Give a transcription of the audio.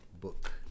book